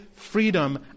freedom